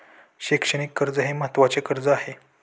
शैक्षणिक कर्ज हे महत्त्वाचे कर्ज आहे